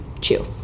chew